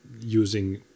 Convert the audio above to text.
using